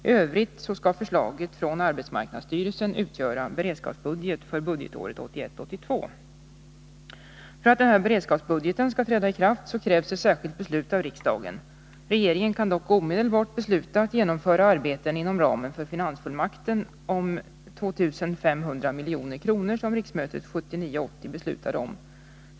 I övrigt skall förslaget från arbetsmarknadsstyrelsen utgöra beredskapsbudget för budgetåret 1981 80 beslutade om.